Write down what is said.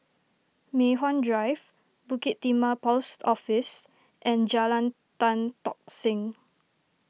Mei Hwan Drive Bukit Timah Post Office and Jalan Tan Tock Seng